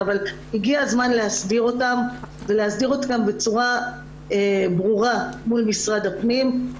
אבל הגיע הזמן להסדיר אותם בצורה ברורה מול משרד הפנים,